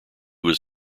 was